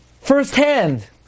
firsthand